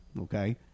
Okay